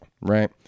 right